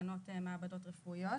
תקנות מעבדות רפואיות,